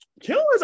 Killers